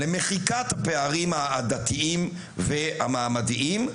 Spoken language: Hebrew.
למחיקת הפערים העדתיים והמעמדיים,